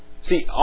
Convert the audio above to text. See